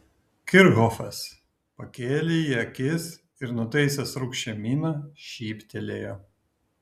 kirchhofas pakėlė į jį akis ir nutaisęs rūgščią miną šyptelėjo